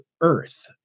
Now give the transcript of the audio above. Earth